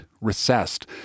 recessed